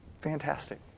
Fantastic